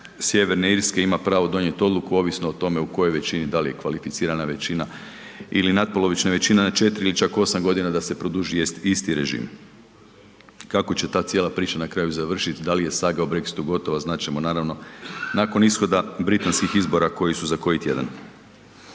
Sjeverne Irske ima pravo donijeti odluku ovisno o tome u kojoj većini, da li je kvalificirana većina ili natpolovična većina na 4 ili čak 8 godina da se produži isti režim. Kako će ta cijela priča na kraju završiti, da li je saga o Brexitu gotova, znati ćemo naravno nakon ishoda britanskih izbora koji su za koji tjedan.